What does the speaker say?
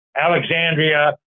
alexandria